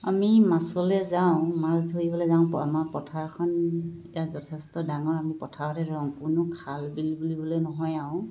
আমি মাছলৈ যাওঁ মাছ ধৰিবলৈ যাওঁ আমাৰ পথাৰখন এতিয়া যথেষ্ট ডাঙৰ আমি পথাৰতে ধৰোঁ কোনো খাল বিল বুলিবলৈ নহয় আৰু